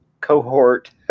cohort